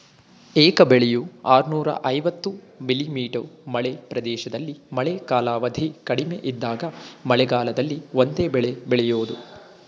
ಏಕ ಬೆಳೆಯು ಆರ್ನೂರ ಐವತ್ತು ಮಿ.ಮೀ ಮಳೆ ಪ್ರದೇಶದಲ್ಲಿ ಮಳೆ ಕಾಲಾವಧಿ ಕಡಿಮೆ ಇದ್ದಾಗ ಮಳೆಗಾಲದಲ್ಲಿ ಒಂದೇ ಬೆಳೆ ಬೆಳೆಯೋದು